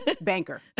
Banker